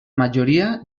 majoria